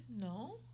No